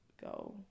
go